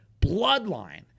bloodline